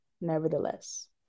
nevertheless